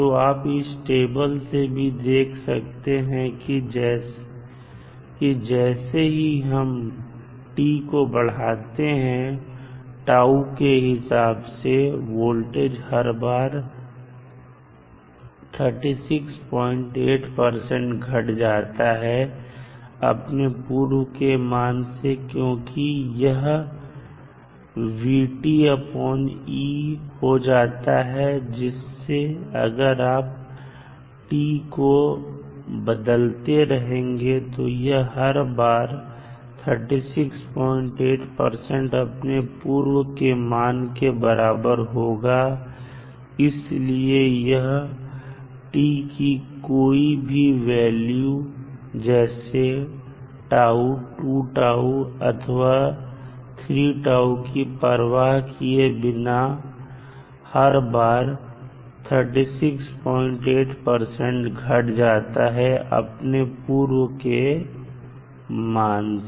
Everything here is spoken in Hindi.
तो आप इस टेबल से भी देख सकते हैं कि जैसे ही हम को बढ़ाते जाते हैं τ के हिसाब से वोल्टेज हर बार 368 घट जाता है अपने पूर्व के मान से क्योंकि यह हो जाता है जिससे अगर आप को बदलते रहेंगे तो यह हर बार 368 अपने पूर्व के मान के बराबर होगा इसलिए यह कि कोई भी वैल्यू जैसे τ 2 τ or 3 τ की परवाह किए बिना हर बार 368 घट जाता है अपने पूर्व के मान से